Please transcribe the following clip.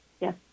Yes